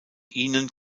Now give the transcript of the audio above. ihnen